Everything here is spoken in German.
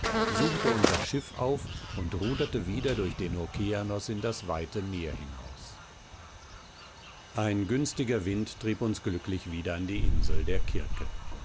suchte unser schiff auf und ruderte wieder durch den okeanos in das weite meer hinaus ein günstiger wind trieb uns glücklich wieder an die insel der kirke